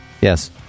Yes